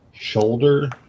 Shoulder